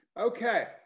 Okay